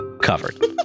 covered